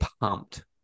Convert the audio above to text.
pumped